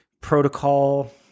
protocol